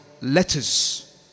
letters